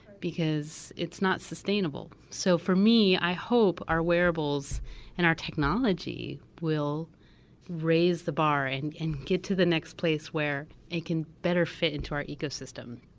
because it's not sustainable. so for me, i hope our wearables and our technology will raise the bar and and get to the next place where it can better fit into our ecosystem,